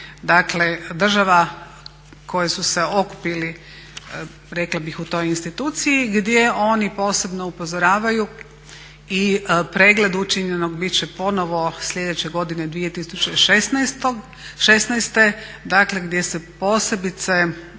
dakle država koje su se okupile u toj instituciji gdje oni posebno upozoravaju i pregled učinjenog bit će ponovo sljedeće godine 2016.gdje se posebice